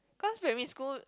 cause primary school